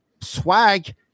swag